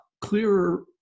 clearer